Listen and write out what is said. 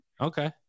okay